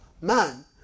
man